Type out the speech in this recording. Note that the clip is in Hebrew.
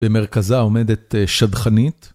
במרכזה עומדת שדכנית.